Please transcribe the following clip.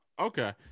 Okay